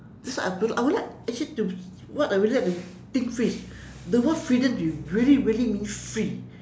that's why I would I would like actually to what I would really like to think free is the word freedom is really really mean free